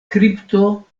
kripto